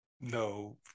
No